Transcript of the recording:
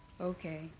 Okay